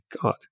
god